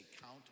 count